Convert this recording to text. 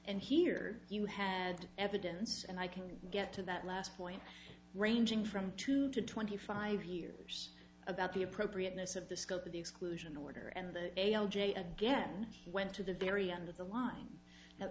and here you had evidence and i can get to that last point ranging from two to twenty five years about the appropriateness of the scope of the exclusion order and the a l j again went to the very end of the l